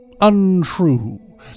untrue